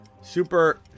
super